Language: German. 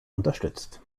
unterstützt